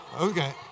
Okay